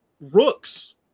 rooks